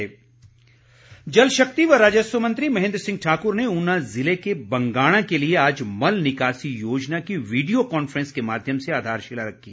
virtual शिलान्यास जलशक्ति व राजस्व मंत्री महेन्द्र सिंह ठाकुर ने ऊना जिले के बंगाणा के लिए आज मल निकासी योजना की वीडियो कॉन्फ्रेंस के माध्यम से आधारशिला रखी